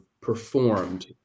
performed